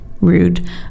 Rude